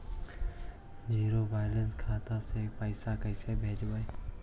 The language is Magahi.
जीरो बैलेंस खाता से पैसा कैसे भेजबइ?